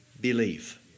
believe